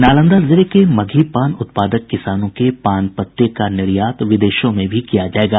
नालंदा जिले के मगही पान उत्पादक किसानों के पान पत्ते का निर्यात विदेशों में भी किया जायेगा